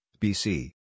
BC